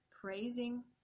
praising